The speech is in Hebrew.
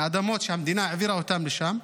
מאדמות שהמדינה העבירה אותם לשם,